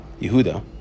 Yehuda